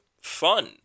fun